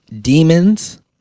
demons